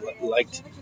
liked